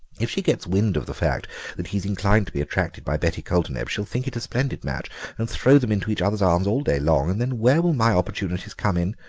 if she gets wind of the fact that he's inclined to be attracted by betty coulterneb she'll think it a splendid match and throw them into each other's arms all day long, and then where will my opportunities come in?